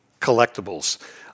collectibles